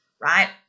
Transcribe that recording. Right